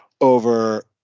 over